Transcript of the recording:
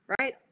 right